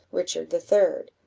richard the third.